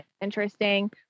interesting